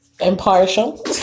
impartial